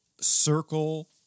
circle